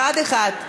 אחד-אחד.